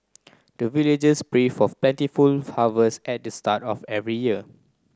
the villagers pray for plentiful harvest at the start of every year